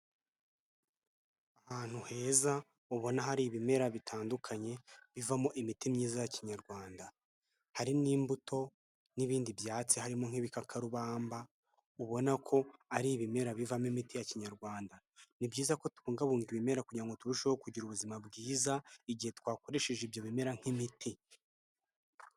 Ahantu heza ubona hari ibimera bitandukanye bivamo imiti myiza ya kinyarwanda, hari n'imbuto n'ibindi byatsi, harimo nk'ibikakarubamba, ubona ko ari ibimera bivamo imiti ya kinyarwanda, ni byiza ko tubungabunga ibimera kugira ngo turusheho kugira ubuzima bwiza, igihe twakoresheje ibyo bimera nk'imiti.